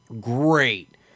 Great